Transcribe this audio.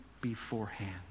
beforehand